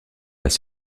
pas